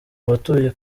akarere